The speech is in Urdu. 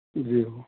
جی ہو